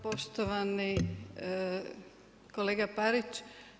Poštovani kolega Parić.